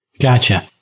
Gotcha